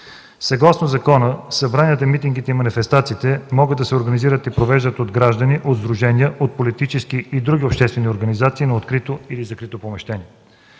Съгласно закона събранията, митингите и манифестациите могат да се организират и провеждат от граждани, от сдружения, от политически и други обществени организации на открито или в закрито помещение.